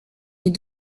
est